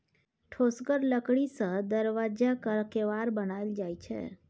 ठोसगर लकड़ी सँ दरबज्जाक केबार बनाएल जाइ छै